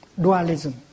dualism